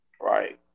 Right